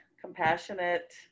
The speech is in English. compassionate